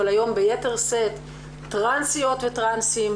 אבל היום ביתר שאת - טרנסיות וטרנסים,